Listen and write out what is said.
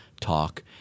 Talk